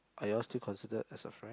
are you all still considered as a friend